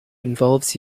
involves